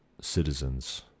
citizens